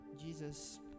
Jesus